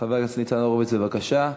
חבר הכנסת ניצן הורוביץ, בבקשה.